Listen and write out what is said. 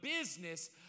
business